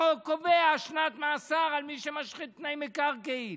החוק קובע שנת מאסר למי שמשחית פני מקרקעין.